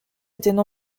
étaient